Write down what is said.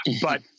but-